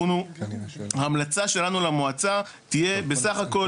ההמלצה שלנו למועצה תהיה בסך הכול,